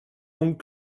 longue